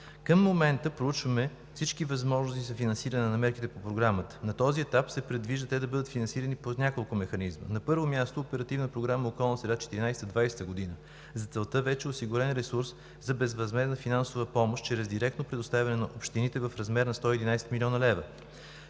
Към момента проучваме всички възможности за финансиране на мерките по Програмата. На този етап се предвижда те да бъдат финансирани по няколко механизма: На първо място, Оперативна програма „Околна среда 2014 – 2020 г.“. За целта вече е осигурен ресурс за безвъзмездна финансова помощ чрез директно предоставяне на общините в размер на 111 млн. лв.